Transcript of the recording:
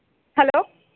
hello